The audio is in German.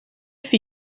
für